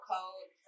Code